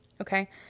okay